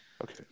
Okay